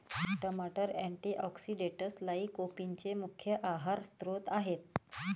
टमाटर अँटीऑक्सिडेंट्स लाइकोपीनचे मुख्य आहार स्त्रोत आहेत